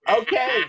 Okay